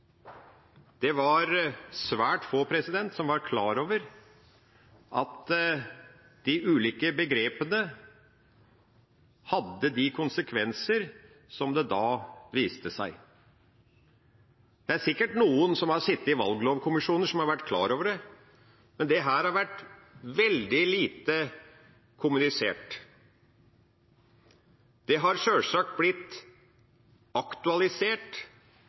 Det var svært få som var klar over at de ulike begrepene hadde de konsekvenser som da viste seg. Det er sikkert noen som har sittet i valglovkommisjoner som har vært klar over det, men det har vært veldig lite kommunisert. Det har sjølsagt blitt aktualisert,